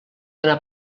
anar